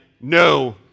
No